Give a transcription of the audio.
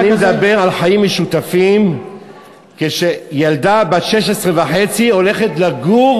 אני מדבר על חיים משותפים כאשר ילדה בת 16 וחצי הולכת לגור